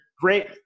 Great